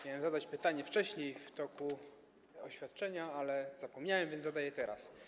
Miałem zadać pytanie wcześniej, podczas oświadczenia, ale zapomniałem, więc zadaję teraz.